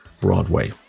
Broadway